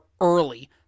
early